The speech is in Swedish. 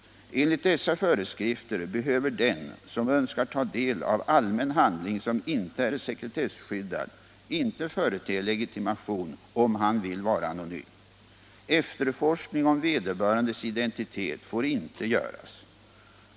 Enligt dessa föreskrifter behöver den, som önskar ta del av allmän handling som inte är sekretesskyddad, inte förete legitimation, om han vill vara anonym. Efterforskning om vederbörandes identitet får inte göras.